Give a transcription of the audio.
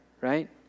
right